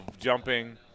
jumping